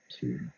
two